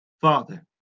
Father